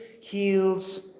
heals